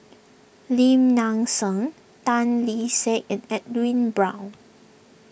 Lim Nang Seng Tan Kee Sek and Edwin Brown